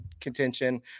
contention